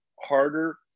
harder